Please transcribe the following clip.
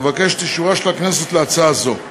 אבקש את אישורה של הכנסת להצעה זו.